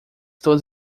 todas